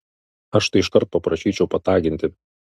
aš tai iškart paprašyčiau pataginti